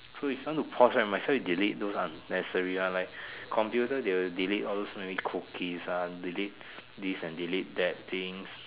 so if you want to pause right might as well you delete those unnecessary ones like computer they will delete all those memory cookies ah they will delete this and delete that things